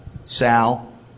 Sal